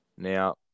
Now